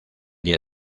día